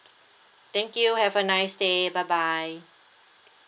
thank you have a nice day bye bye